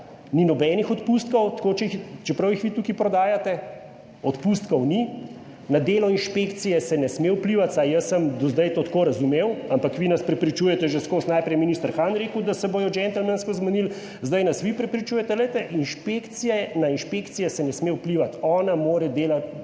Ni nobenih odpustkov, tako, če jih, čeprav jih vi tukaj prodajate, odpustkov ni. Na delo inšpekcije se ne sme vplivati, vsaj jaz sem do zdaj to tako razumel, ampak vi nas prepričujete že skozi, najprej je minister Han rekel, da se bodo gentlemansko zmenili, zdaj nas vi prepričujete. Na inšpekcije se ne sme vplivati. Ona mora delati,